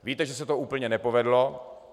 Víte, že se to úplně nepovedlo.